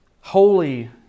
holy